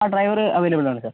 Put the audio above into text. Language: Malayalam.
ആ ഡ്രൈവറ് അവൈലബിളാണ് സർ